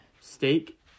steak